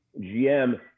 GM